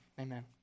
amen